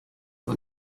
man